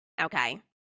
Okay